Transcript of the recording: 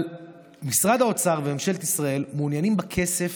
אבל משרד האוצר וממשלת ישראל מעוניינים בכסף